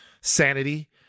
sanity